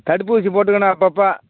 தடுப்பூசி போட்டுக்கணும் அப்போப்ப